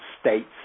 states